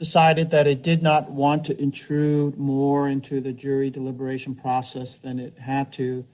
decided that it did not want to intrude more into the jury deliberation process than it have to